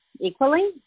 equally